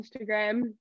instagram